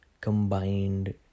combined